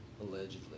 allegedly